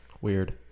Weird